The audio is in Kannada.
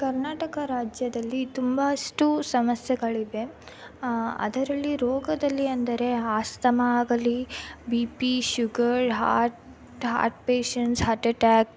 ಕರ್ನಾಟಕ ರಾಜ್ಯದಲ್ಲಿ ತುಂಬಾಷ್ಟು ಸಮಸ್ಯೆಗಳಿವೆ ಅದರಲ್ಲಿ ರೋಗದಲ್ಲಿ ಅಂದರೆ ಅಸ್ತಮ ಆಗಲಿ B P sugar heart patients heart attack